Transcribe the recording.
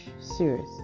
serious